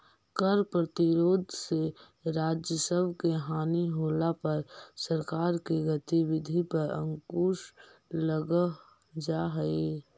कर प्रतिरोध से राजस्व के हानि होला पर सरकार के गतिविधि पर अंकुश लग जा हई